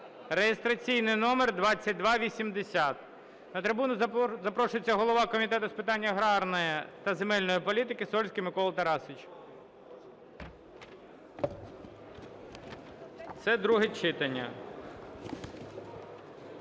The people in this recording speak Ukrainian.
(реєстраційний номер 2280). На трибуну запрошується голова Комітету з питань агарної та земельної політики Сольський Микола Тарасович. Це друге читання.